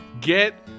Get